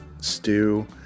stew